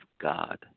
God